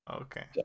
Okay